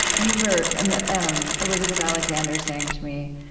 i remember and um elizabeth alexander saying to me,